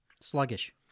Sluggish